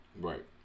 Right